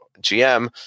GM